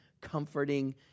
comforting